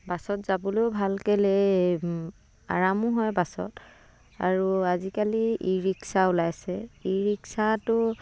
বাছত যাবলৈও ভাল কেলে আৰামো হয় বাছত আৰু আজিকালি ই ৰিক্সা ওলাইছে ই ৰিক্সাটো